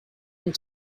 and